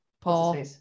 paul